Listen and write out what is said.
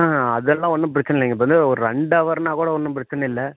ஆ அதெல்லாம் ஒன்றும் பிரச்சின இல்லைங்க இப்போ வந்து ஒரு ரெண்டு ஹவர்னால் கூட ஒன்றும் பிரச்சின இல்லை